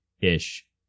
ish